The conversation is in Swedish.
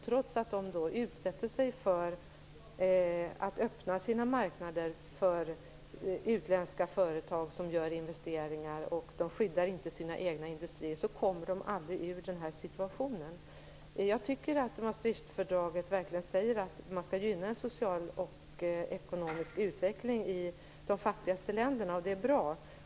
Trots att de utsätter sig för att öppna sina marknader för utländska företag som gör investeringar, och trots att de inte skyddar sina egna industrier, kommer de aldrig ur den här situationen. Jag tycker att Maastrichtfördraget verkligen säger att man skall gynna en social och ekonomisk utveckling i de fattigaste länderna. Det är bra.